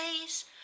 days